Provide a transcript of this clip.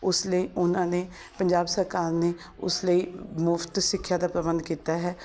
ਉਸਨੇ ਉਹਨਾਂ ਨੇ ਪੰਜਾਬ ਸਰਕਾਰ ਨੇ ਉਸ ਲਈ ਮੁਫਤ ਸਿੱਖਿਆ ਦਾ ਪ੍ਰਬੰਧ ਕੀਤਾ ਹੈ